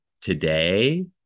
today